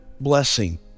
blessing